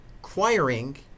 acquiring